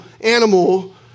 animal